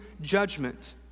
judgment